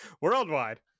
worldwide